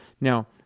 now